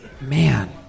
man